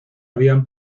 habían